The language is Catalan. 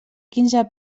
quinze